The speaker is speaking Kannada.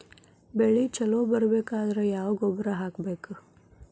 ಬೆಳಿ ಛಲೋ ಬರಬೇಕಾದರ ಯಾವ ಗೊಬ್ಬರ ಹಾಕಬೇಕು?